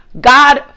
God